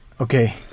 Okay